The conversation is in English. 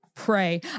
pray